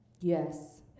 Yes